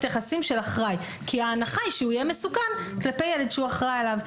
יחסים של אחראי כי ההנחה היא שהוא יהיה מסוכן שהוא אחראי עליו.